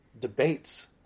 Debates